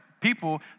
people